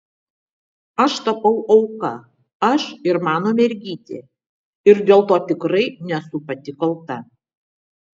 aš tapau auka aš ir mano mergytė ir dėl to tikrai nesu pati kalta